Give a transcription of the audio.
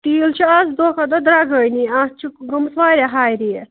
تیٖل چھُ آز دۄہ کھۄ دۄہ درٛۄگٲنی آز چھِ گوٚمُت واریاہ ہاے ریٹ